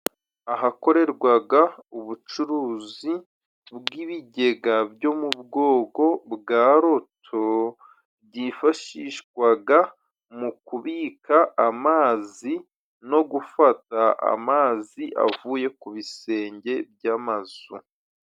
Ahakorerwaga ubucuruzi bw'ibigega byo mu bwoko bwa roto，byifashishwaga mu kubika amazi no gufata amazi avuye ku bisenge by' amazu.